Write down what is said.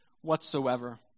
whatsoever